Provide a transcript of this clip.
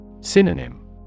Synonym